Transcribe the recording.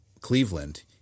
Cleveland